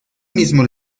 mismo